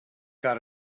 got